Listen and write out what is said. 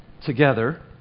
together